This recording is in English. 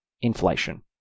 inflation